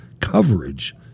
coverage